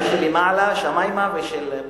ירושלים גם של מעלה, השמימה, וגם של פה.